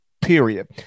period